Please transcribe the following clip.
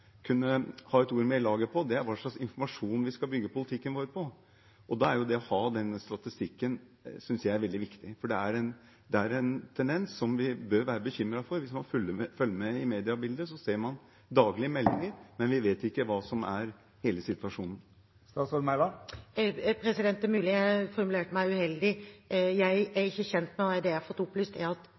kunne ha et ord med i laget om, er det hva slags informasjon vi skal bygge politikken vår på. Da er det å ha denne statistikken veldig viktig, synes jeg. Det er en tendens vi bør være bekymret for. Hvis man følger med i mediebildet, ser man daglige meldinger, men vi vet ikke hva hele situasjonen er. Det er mulig jeg formulerte meg uheldig. Det jeg har fått opplyst, er at